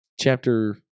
chapter